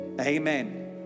amen